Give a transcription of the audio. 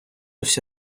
вся